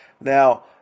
Now